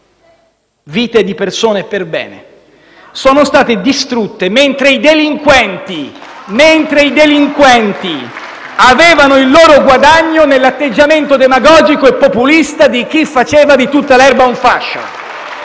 sviluppo economico*. ...sono state distrutte mentre i delinquenti avevano il loro guadagno nell'atteggiamento demagogico e populista di chi faceva di tutta l'erba un fascio.